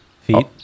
Feet